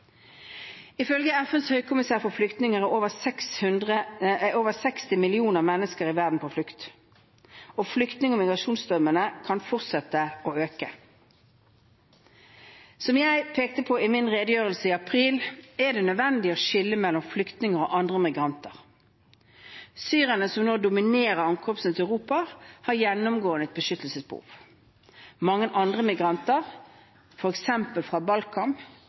Ifølge FNs høykommissær for flyktninger er over 60 millioner mennesker i verden på flukt. Og flyktning- og migrasjonsstrømmene kan fortsette å øke. Som jeg pekte på i min redegjørelse i april, er det nødvendig å skille mellom flyktninger og andre migranter. Syrerne, som nå dominerer ankomstene til Europa, har gjennomgående et beskyttelsesbehov. Mange andre migranter, f.eks. fra